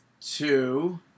two